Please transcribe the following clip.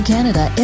Canada